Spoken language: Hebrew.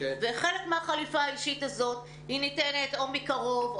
חלק מהחליפה האישית הזו ניתנת או מקרוב,